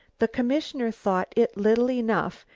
the commissioner thought it little enough,